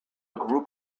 group